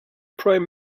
prime